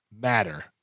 matter